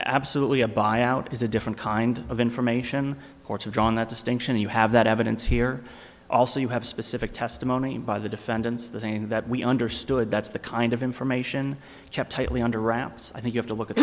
absolutely a buyout is a different kind of information courts are drawn that distinction you have that evidence here also you have specific testimony by the defendants the thing that we understood that's the kind of information kept tightly under wraps i think you have to look at